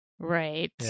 Right